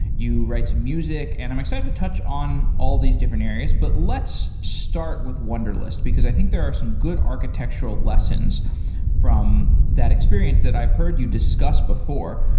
you write to music, and i'm excited to touch on all of these different areas. but let's start with wunderlist, because i think there are some good architectural lessons from that experience that i've heard you discuss before.